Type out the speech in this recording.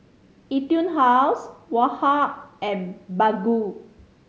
Etude House Woh Hup and Baggu